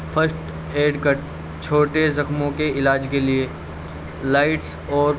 first aid kit چھوٹے زخموں کے علاج کے لیے لائٹس اور